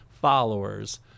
followers